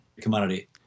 commodity